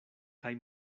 kaj